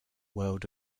world